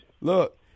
Look